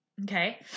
okay